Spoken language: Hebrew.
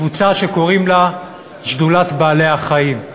קבוצה שקוראים לה שדולת בעלי-החיים,